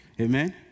Amen